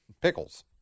Pickles